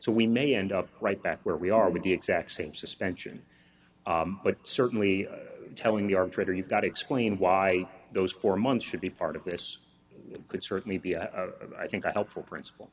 so we may end up right back where we are with the exact same suspension but certainly telling the arbitrator you've got to explain why those four months should be part of this could certainly be i think that helpful principle